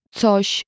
coś